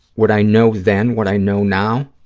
would i know then what i know now?